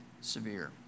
severe